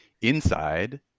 inside